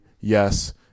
yes